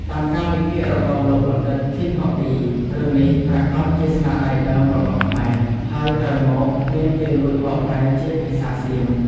តាមការវិភាគរបស់លោកបណ្ឌិត ឃីង ហុកឌី រឿងនេះប្រាកដជាស្នាដៃដើមរបស់ខ្មែរ ហើយក្រោយមកមានគេលួចបកប្រែជាភាសាសៀម។